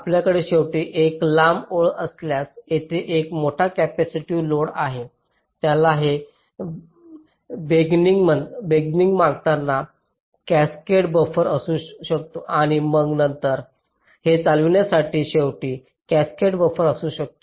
आपल्याकडे शेवटी एक लांब ओळ असल्यास तेथे एक मोठा कॅपेसिटीव्ह लोड आहे त्यांना हे बेगगिंग मागताना कॅसकेड बफर असू शकतो आणि नंतर हे चालविण्यासाठी शेवटी कॅसकेड बफर असू शकतो